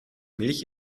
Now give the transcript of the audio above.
milch